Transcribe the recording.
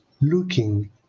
looking